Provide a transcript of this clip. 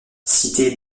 cité